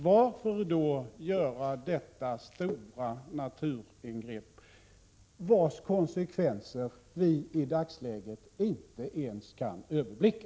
Varför då göra detta stora naturingrepp, vars konsekvenser vi i dagsläget inte ens kan överblicka?